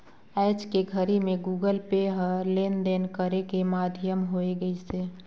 आयज के घरी मे गुगल पे ह लेन देन करे के माधियम होय गइसे